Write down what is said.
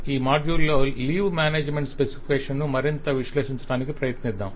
కాబట్టి ఈ మాడ్యూల్లో లీవ్ మ్యానేజ్మెంట్ సిస్టమ్ స్పెసిఫికేషన్ ను మరింత విశ్లేషించడానికి ప్రయత్నిద్దాం